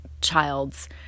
child's